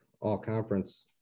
all-conference